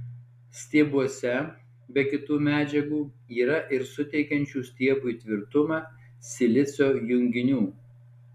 stiebuose be kitų medžiagų yra ir suteikiančių stiebui tvirtumą silicio junginių